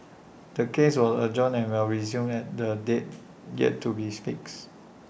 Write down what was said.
the case was adjourned and will resume at A date yet to bees fixed